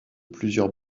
plusieurs